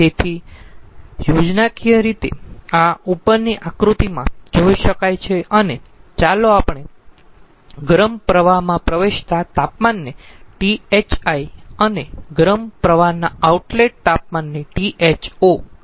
તેથી યોજનાકીય રીતે આ ઉપરની આકૃતિમાં જોઈ શકાય છે અને ચાલો આપણે ગરમ પ્રવાહમાં પ્રવેશતા તાપમાનને Thi અને ગરમ પ્રવાહના આઉટલેટ તાપમાનને Tho કહીયે